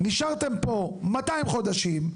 נשארתם פה 200 חודשים.